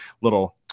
little